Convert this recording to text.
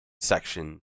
section